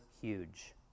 huge